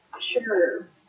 Sure